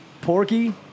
Porky